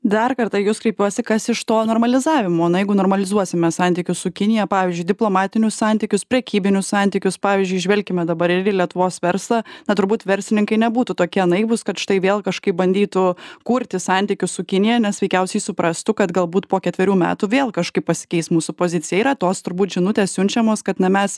dar kartą į jus kreipiuosi kas iš to normalizavimo na jeigu normalizuosime santykius su kinija pavyzdžiui diplomatinius santykius prekybinius santykius pavyzdžiui žvelkime dabar ir lietuvos verslą na turbūt verslininkai nebūtų tokie naivūs kad štai vėl kažkaip bandytų kurti santykius su kinija nes veikiausiai suprastų kad galbūt po ketverių metų vėl kažkaip pasikeis mūsų pozicija yra tos turbūt žinutės siunčiamos kad na mes